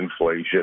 inflation